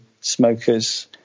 smokers